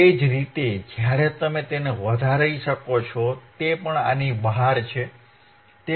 તે જ રીતે જ્યારે તમે તેને વધારી શકો છો તે પણ આની બહાર છે તે પણ 1